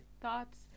thoughts